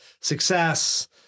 success